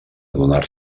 adonar